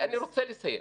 אני רוצה לסיים.